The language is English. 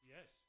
Yes